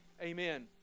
Amen